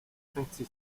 pezzi